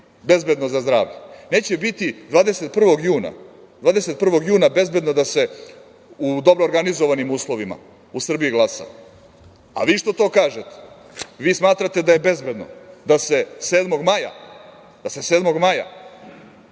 bezbedno za zdravlje. Neće biti 21. juna bezbedno da se u dobro organizovanim uslovima u Srbiji glasa. A vi što to kažete, vi smatrate da je bezbedno da se 7. maja